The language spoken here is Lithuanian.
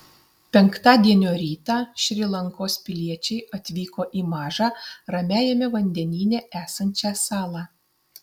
penktadienio rytą šri lankos piliečiai atvyko į mažą ramiajame vandenyne esančią salą